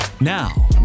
Now